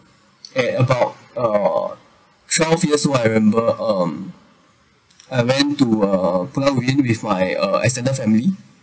at about uh twelve years old I remember um I went to uh Pulau Ubin with my uh extended family